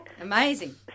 Amazing